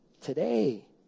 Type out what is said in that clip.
Today